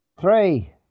Three